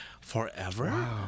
forever